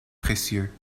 précieux